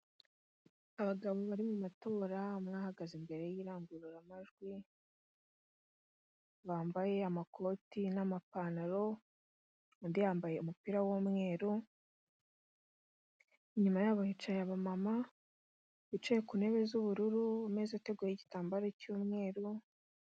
Abagabo bari mu matora umwe ahahagaze imbere y'irangururamajwi, bambaye amakoti n'amapantaro undi yambaye umupira w'umweru, inyuma yabo hicaye abamama bicaye ku ntebe z'ubururu ateguyeho igitambaro cy'umweru.